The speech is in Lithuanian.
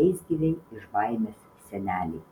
leisgyvei iš baimės senelei